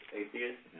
atheist